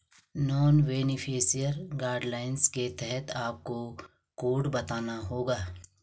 non beneficiary guidelines के तहत आपको कोड बताना होगा